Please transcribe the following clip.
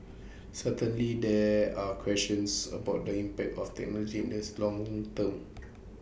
certainly there are questions about the impact of technology in this long term